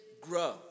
grow